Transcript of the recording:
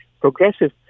progressive